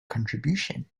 contribution